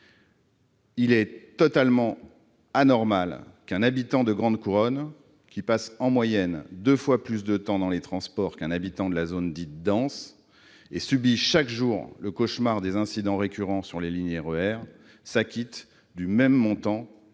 Il est totalement anormal qu'un habitant de grande couronne, qui passe en moyenne deux fois plus de temps dans les transports qu'un habitant de la zone dite dense et subit chaque jour le cauchemar des incidents récurrents sur les lignes du RER, s'acquitte du même montant